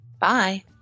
Bye